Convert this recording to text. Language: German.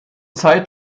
zeit